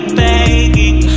begging